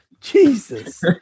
Jesus